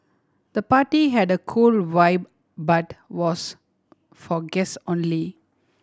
the party had a cool vibe but was for guest only